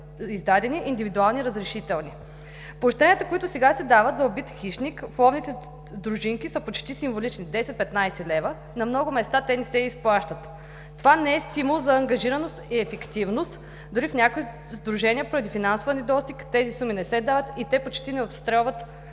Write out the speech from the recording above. издадени индивидуални разрешителни. Поощренията, които сега се дават за убит хищник, в ловните дружинки са почти символични – 10-15 лв. На много места те не се и изплащат. Това не е стимул за ангажираност и ефективност. Дори в някои сдружения, поради финансов недостиг, тези суми не се дават и те почти не отстрелват